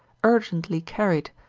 urgently carried,